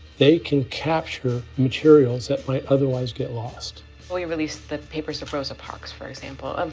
they can capture materials that might otherwise get lost. well, we released the papers of rosa parks, for example. um